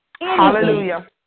Hallelujah